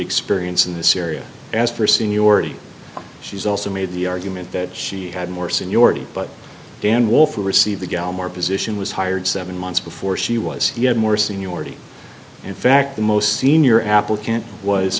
experience in this area as for seniority she's also made the argument that she had more seniority but dan wolf will receive the gal more position was hired seven months before she was more seniority in fact the most senior apple can't was